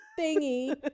thingy